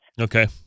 okay